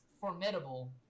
formidable